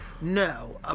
No